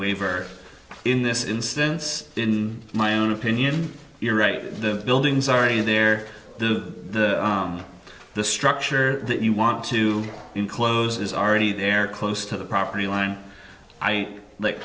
waiver in this instance in my own opinion you're right the buildings are in there the the structure that you want to enclose is already there close to the property line i like